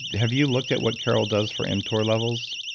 have you looked at what car o l does for mtor levels?